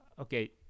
okay